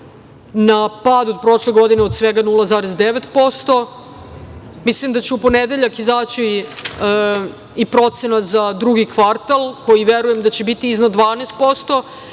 na pad od prošle godine od svega 0,9%. Mislim da će u ponedeljak izaći i procena za drugi kvartal, koji verujem da će biti iznad 12%,